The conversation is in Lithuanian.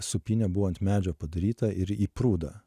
supynė buvo ant medžio padaryta ir į prūdą